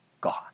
God